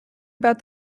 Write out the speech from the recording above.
about